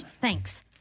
Thanks